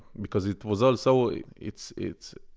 because it was all so, it's, it's,